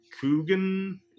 Coogan